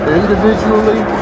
individually